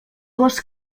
gos